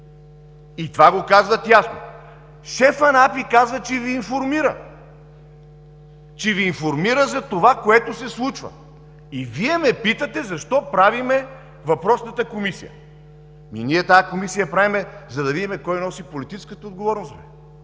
И това го казват ясно. Шефът на АПИ казва, че Ви информира за това, което се случва! И Вие ме питате: защо правим въпросната Комисия?! Тази Комисия я правим, за да видим кой носи политическата отговорност,